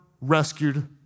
rescued